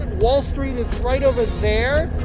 wall street is right over there,